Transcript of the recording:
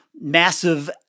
massive